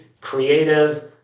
creative